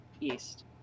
east